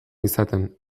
izaten